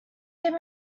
give